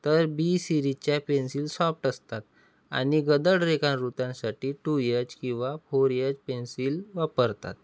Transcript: तर बी सिरीजच्या pencil soft असतात आणि गडद रेखावृतांसाठी टू येच किंवा फोर येच पेन्सिल वापरतात